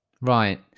Right